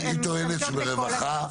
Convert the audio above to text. היא טוענת שברווחה,